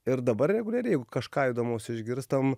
ir dabar reguliariai jeigu kažką įdomaus išgirstam